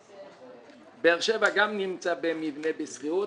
בית הדין בבאר שבע גם נמצא במבנה בשכירות,